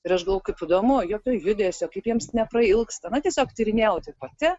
ir aš galvojau kaip įdomu jokio judesio kaip jiems neprailgsta na tiesiog tyrinėjau tai pati